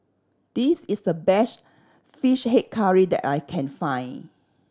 this is the best Fish Head Curry that I can find